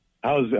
How's